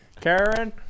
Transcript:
Karen